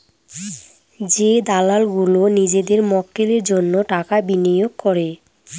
যে দালাল গুলো নিজেদের মক্কেলের জন্য টাকা বিনিয়োগ করে